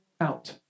out